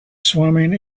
swimming